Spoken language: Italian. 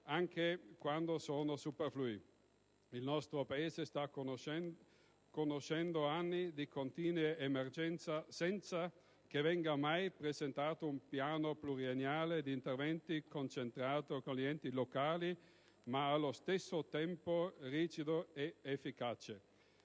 anche quando sono superflui. Il nostro Paese sta conoscendo anni di continue emergenze senza che venga mai presentato un piano pluriennale di interventi concertato con gli enti locali, ma, allo stesso tempo, rigido ed efficace.